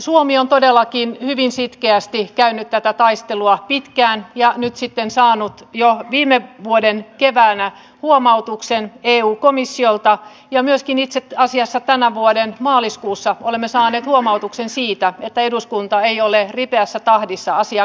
suomi on todellakin hyvin sitkeästi käynyt tätä taistelua pitkään ja nyt sitten saanut jo viime vuoden keväänä huomautuksen eu komissiolta ja myöskin itse asiassa tämän vuoden maaliskuussa olemme saaneet huomautuksen siitä että eduskunta ei ole ripeässä tahdissa asiaa käsitellyt